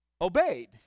obeyed